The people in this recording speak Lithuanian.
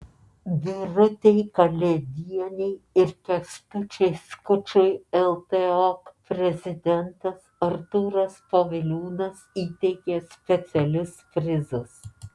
birutei kalėdienei ir kęstučiui skučui ltok prezidentas artūras poviliūnas įteikė specialius prizus